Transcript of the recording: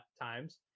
times